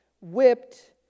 whipped